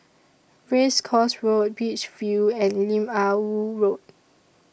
Race Course Road Beach View and Lim Ah Woo Road